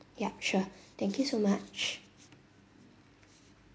ya sure thank you so much